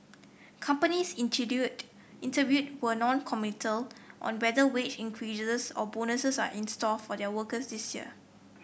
companies interviewed were noncommittal on whether wage increases or bonuses are in store for their workers this year